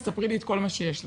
תספרי לי את כל מה שיש לך,